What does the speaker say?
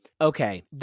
Okay